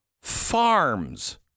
farms